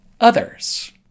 others